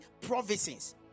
provinces